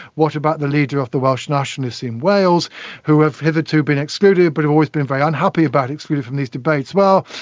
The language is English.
what about the leader of the welsh nationalists in wales who have hitherto been excluded but have always been very unhappy about being excluded from these debates? well,